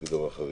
זה דבר חריג.